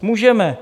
Můžeme.